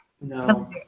No